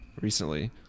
recently